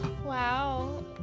Wow